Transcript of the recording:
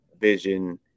vision